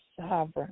sovereign